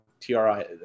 TRI